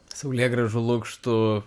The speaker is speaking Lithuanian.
saulėgrąžų lukštų